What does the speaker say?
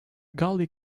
gully